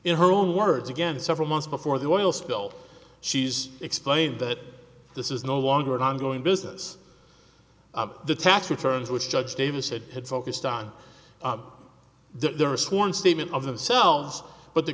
in her own words again several months before the oil spill she's explained that this is no longer an ongoing business the tax returns which judge davis said had focused on the sworn statement of themselves but the